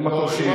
הוא מקום שני.